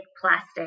plastic